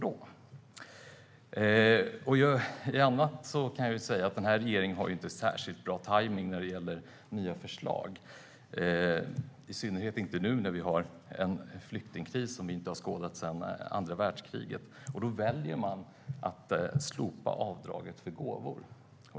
För övrigt kan jag säga att regeringen inte har särskilt bra tajmning när det gäller nya förslag, i synnerhet inte nu när vi har en flyktingkris vars like vi inte har skådat sedan andra världskriget. I det läget väljer regeringen att slopa avdraget för gåvor.